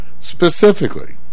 specifically